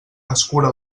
escura